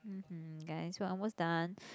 mmhmm guys we are almost done